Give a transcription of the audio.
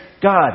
God